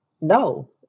no